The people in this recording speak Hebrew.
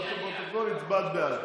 הצבעת בעד,